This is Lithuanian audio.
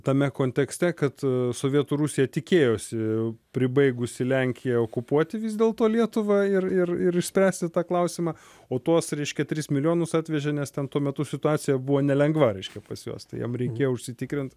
tame kontekste kad sovietų rusija tikėjosi pribaigusi lenkiją okupuoti vis dėlto lietuvą ir ir ir išspręsti tą klausimą o tuos reiškia tris milijonus atvežė nes ten tuo metu situacija buvo nelengva reiškia pas juos tai jiem reikėjo užsitikrint